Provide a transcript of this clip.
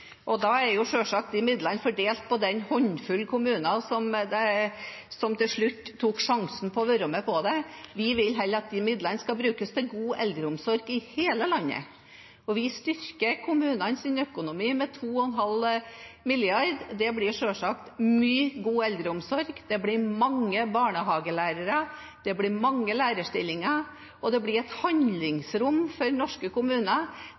etterspør. Da er jo selvsagt de midlene fordelt på den håndfullen kommuner som til slutt tok sjansen på å være med på det. Vi vil heller at de midlene skal brukes til god eldreomsorg i hele landet. Vi styrker kommunenes økonomi med 2,5 mrd. kr. Det blir selvsagt mye god eldreomsorg, det blir mange barnehagelærere og mange lærerstillinger, og det blir et handlingsrom for norske kommuner